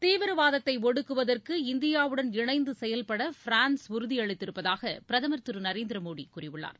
தீவிரவாதத்தை ஒடுக்குவதற்கு இந்தியாவுடன் இணைந்து செயல்பட பிரான்ஸ் உறுதி அளித்திருப்பதாக பிரதமர் திரு நரேந்திர மோடி கூறியுள்ளார்